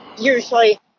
Usually